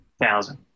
thousand